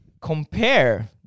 compare